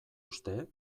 uste